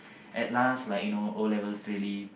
at last like you know O-levels really